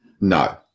No